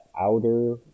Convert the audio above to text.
outer